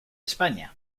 españa